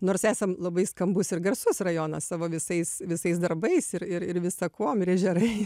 nors esam labai skambus ir garsus rajonas savo visais visais darbais ir ir ir visa kuom ir ežerai